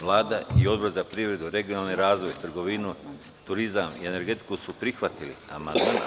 Vlada i Odbor za privredu, regionalni razvoj i trgovinu, turizam i energetiku su prihvatili amandman.